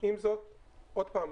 אתה מחייך...